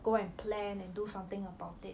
go and plan and do something about it